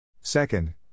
Second